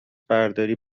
برداری